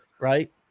right